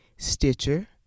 Stitcher